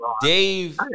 Dave